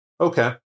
Okay